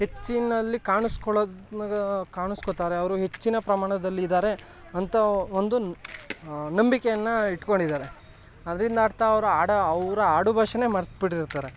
ಹೆಚ್ಚಿನಲ್ಲಿ ಕಾಣಿಸ್ಕೊಳೋದ್ ಕಾಣಿಸ್ಕೊತಾರೆ ಅವರು ಹೆಚ್ಚಿನ ಪ್ರಮಾಣದಲ್ಲಿ ಇದ್ದಾರೆ ಅಂತ ಒಂದು ನಂಬಿಕೆಯನ್ನು ಇಟ್ಕೊಂಡಿದ್ದಾರೆ ಅದರಿಂದಾಡ್ತಾ ಅವರು ಆಡೋ ಅವರು ಆಡುಭಾಷೆನೇ ಮರೆತ್ಬಿಟ್ಟಿರ್ತಾರೆ